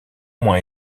moins